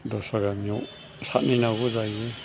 दस्रा गामियाव सादहैनांगौ जायो